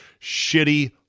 shitty